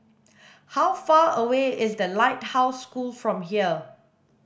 how far away is The Lighthouse School from here